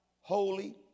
Holy